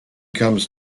comes